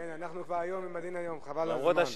כן, היום אנחנו עם ה"נין", חבל על הזמן.